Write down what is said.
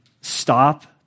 stop